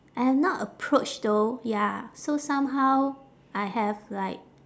I have not approach though ya so somehow I have like